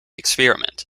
experiment